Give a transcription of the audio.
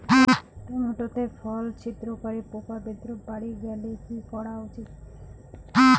Tomato তে ফল ছিদ্রকারী পোকা উপদ্রব বাড়ি গেলে কি করা উচিৎ?